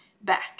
back